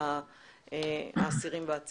אני אגיד